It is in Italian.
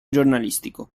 giornalistico